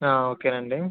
ఓకేనండి